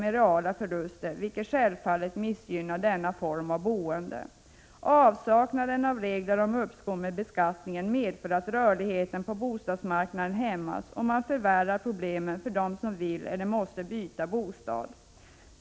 för reala förluster, vilket självfallet missgynnar denna form av boende. Avsaknaden av regler om uppskov med beskattningen medför att rörligheten på bostadsmarknaden hämmas. Man förvärrar därmed problemen för dem som vill eller måste byta bostad.